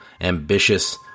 ambitious